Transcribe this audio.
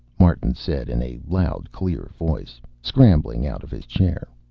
martin said in a loud, clear voice, scrambling out of his chair.